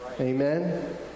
Amen